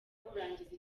kurangiza